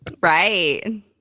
Right